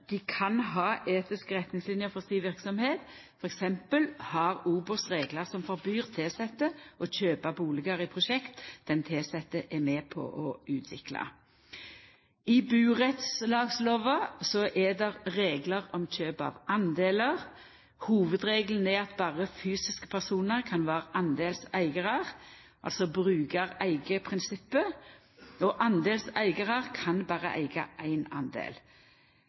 for verksemda si, t.d. har OBOS reglar som forbyr tilsette å kjøpa bustader i prosjekt den tilsette er med på å utvikla. I burettslagslova er det reglar om kjøp av delar. Hovudregelen er at berre fysiske personar kan vera deleigarar, altså brukareigeprinsippet. Deleigarar kan berre eiga éin del. Dei nye reglane som skal hindra såkalla spekulasjonskjøp, og